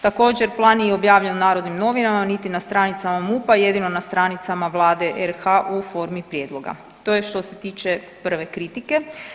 Također plan nije objavljen u Narodnim novinama, niti na stranicama MUP-a, jedino na stranicama Vlade RH u formi prijedloga, to je što se tiče prve kritike.